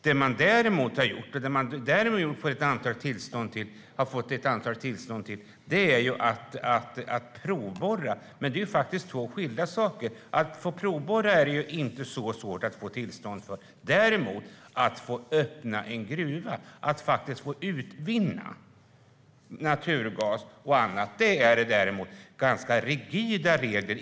Det man däremot har gjort och fått ett antal tillstånd till är att provborra, men det är två skilda saker. Det är inte så svårt att få tillstånd att provborra. När det däremot gäller att få öppna en gruva och att få utvinna naturgas och annat är det ganska rigida regler.